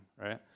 right